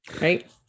Right